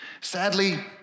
Sadly